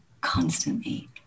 constantly